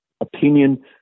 opinion